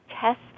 test